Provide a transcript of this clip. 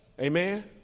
Amen